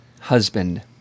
husband